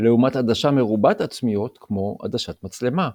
לעומת עדשה מרובת-עצמיות כמו "עדשת מצלמה"